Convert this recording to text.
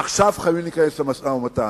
עכשיו חייבים להיכנס למשא-ומתן,